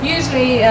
Usually